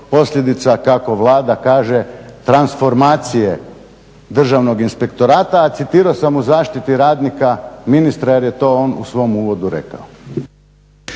posljedica kako Vlada kaže transformacije Državnog inspektorata. A citirao sam u zaštiti radnika ministra jer je to on u svom uvodu rekao.